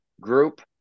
group